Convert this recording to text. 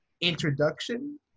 introduction